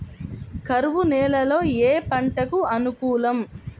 కరువు నేలలో ఏ పంటకు అనుకూలం?